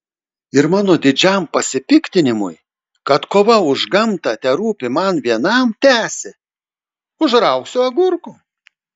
ir mano didžiam pasipiktinimui kad kova už gamtą terūpi man vienam tęsė užraugsiu agurkų